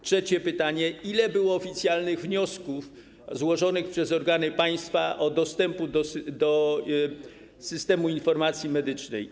Trzecie pytanie: Ile było oficjalnych wniosków złożonych przez organy państwa o dostęp do Systemu Informacji Medycznej?